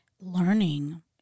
learning